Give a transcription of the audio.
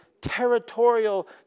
territorial